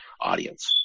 audience